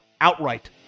outright